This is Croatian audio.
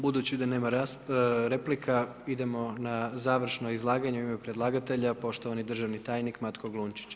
Budući da nema replika idemo na završno izlaganje u ime predlagatelja, poštovani državni tajnik Matko Glunčić.